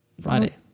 Friday